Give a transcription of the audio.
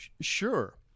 sure